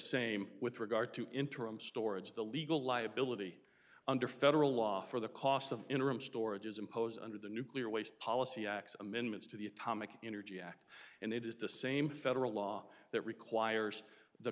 same with regard to interim storage the legal liability under federal law for the costs of interim storage is imposed under the nuclear waste policy acts amendments to the atomic energy act and it is the same federal law that requires the